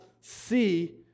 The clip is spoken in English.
see